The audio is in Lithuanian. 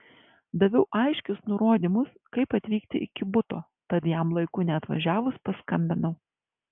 daviau aiškius nurodymus kaip atvykti iki buto tad jam laiku neatvažiavus paskambinau